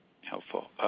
Helpful